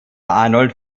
arnold